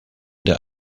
der